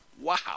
Wow